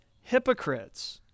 hypocrites